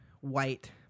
white